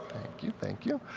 thank you, thank you.